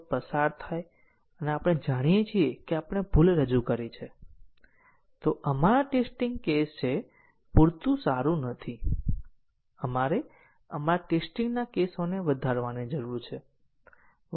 તેથી 1 2 3 5 1 6 અને 1 2 4 5 1 6 તેથી આ બે ઇનડીપેડેંટ માર્ગો છે અને અન્ય કોઈપણ માર્ગો તે બેના માર્ગોને ભેગા અથવા લીનીયર સંયોજન છે